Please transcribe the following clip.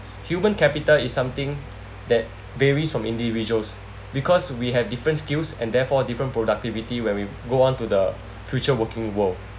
human capital is something that varies from individuals because we have different skills and therefore different productivity when we go on to the future working world